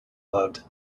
loved